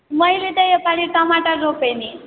मैले त योपालि टमाटर रोपे नि